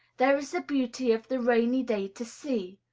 there is the beauty of the rainy day to see,